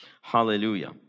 Hallelujah